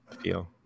feel